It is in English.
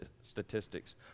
statistics